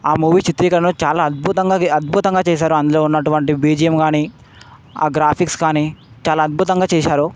ఆ మూవీ చిత్రీకరణలో చాలా అద్భుతంగా అద్భుతంగా చేసారు అందులో ఉన్న అటువంటి బిజిఎం కానీ ఆ గ్రాఫిక్స్ కానీ చాలా అద్భుతంగా చేశారు